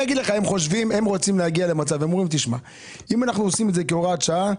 אומרים שאם אנחנו עושים את זה כהוראת שעה,